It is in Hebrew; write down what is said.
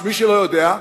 מי שלא יודע,